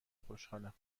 خوشحالم